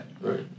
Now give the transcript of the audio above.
right